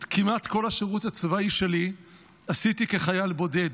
כמעט את כל השירות הצבאי שלי עשיתי כחייל בודד.